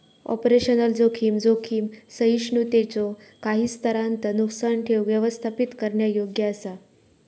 operational जोखीम, जोखीम सहिष्णुतेच्यो काही स्तरांत नुकसान ठेऊक व्यवस्थापित करण्यायोग्य असा